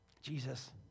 Jesus